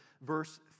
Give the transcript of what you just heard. verse